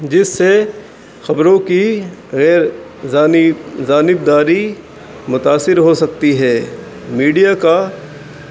جس سے خبروں کی غیر انب داری متاثر ہو سکتی ہے میڈیا کا